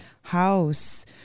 house